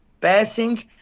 passing